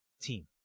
team